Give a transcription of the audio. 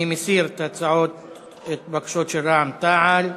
אני מסיר את הבקשות של רע"ם-תע"ל.